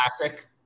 classic